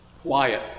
quiet